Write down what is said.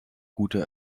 gute